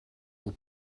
will